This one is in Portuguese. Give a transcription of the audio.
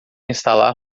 instalar